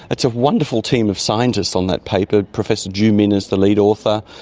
it's a wonderful team of scientists on that paper. professor zhu min is the lead author,